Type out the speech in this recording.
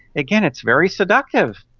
again it's very seductive.